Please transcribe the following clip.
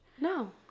No